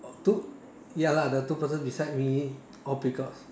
two ya lah the two person beside me all peacocks